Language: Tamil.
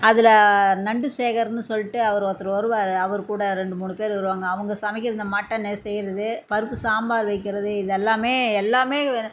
அதில் நண்டு சேகர்னு சொல்லிவிட்டு அவர் ஒருத்தர் வருவார் அவர் கூட ரெண்டு மூணு பேர் வருவாங்க அவங்க சமைக்கிறது இந்த மட்டன் செய்யுறது பருப்பு சாம்பார் வெக்கிறது இது எல்லாமே எல்லாமே